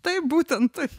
taip būtent taip